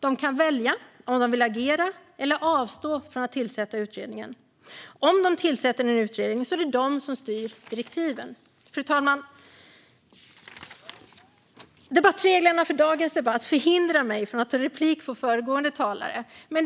De kan välja om de vill agera eller avstå från att tillsätta utredningen. Om de tillsätter en utredning är det de som styr direktiven. Fru talman! Debattreglerna för dagens debatt hindrade mig från att ta replik på föregående talare.